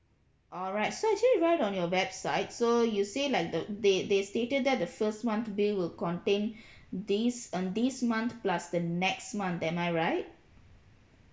alright so actually write on your website so you say like the they they stated there the first month bill will contain this uh this month plus the next month am I right